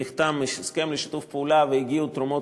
נחתם הסכם לשיתוף פעולה והגיעו תרומות